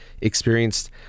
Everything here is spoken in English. experienced